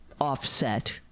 offset